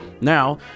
Now